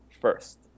first